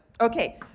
Okay